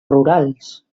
rurals